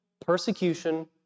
persecution